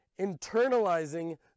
internalizing